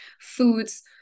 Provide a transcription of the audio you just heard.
foods